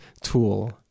tool